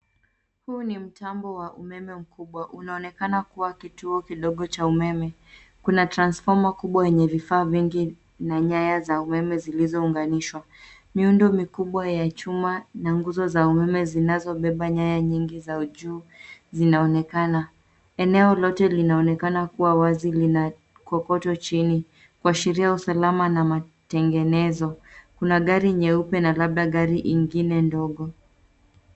Huu ni mtambo wa umeme mkubwa unaonekana kuwa kituo kidogo cha umeme. Kuna transformer kubwa yenye vifaa vingi na nyaya za umeme zilizounganishwa. Miundo mikubwa ya chuma na nguzo za umeme zinazobeba nyaya nyingi za juu zinaonekana. Eneo lote linaonekana kuwa wazi. Lina kokoto chini kuuashiria usalama na matengenezo. Kuna gari nyeupe na labda gari ingine ndogo.